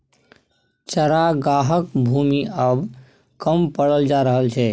चरागाहक भूमि आब कम पड़ल जा रहल छै